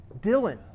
Dylan